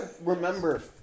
remember